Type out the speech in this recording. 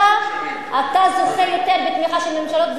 אתה זוכה יותר בתמיכה של ממשלות,